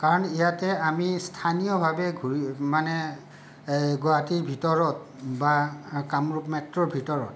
কাৰণ ইয়াতে আমি স্থানীয়ভাৱে ঘূৰি মানে গুৱাহাটীৰ ভিতৰত বা কামৰূপ মেট্ৰ'ৰ ভিতৰত